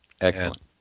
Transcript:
Excellent